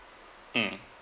mm